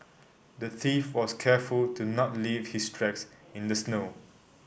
the thief was careful to not leave his tracks in the snow